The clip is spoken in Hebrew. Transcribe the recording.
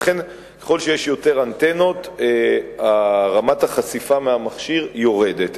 לכן ככל שיש יותר אנטנות רמת החשיפה מהמכשיר יורדת.